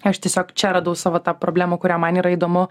aš tiesiog čia radau savo tą problemą kurią man yra įdomu